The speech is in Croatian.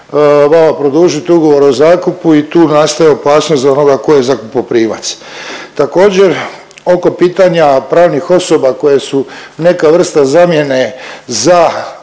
vama produžit ugovor i tu nastaje opasnost za onoga ko je zakupoprimac. Također oko pitanja pravnih osoba koje su neka vrsta zamjene za